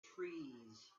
trees